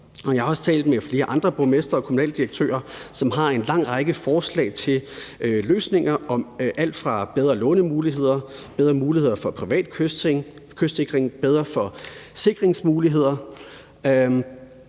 Jeg har også talt med flere andre borgmestre og kommunaldirektører, som har en lang række forslag til løsninger, og det er alt fra bedre lånemuligheder, bedre muligheder for privat kystsikring, bedre forsikringsmuligheder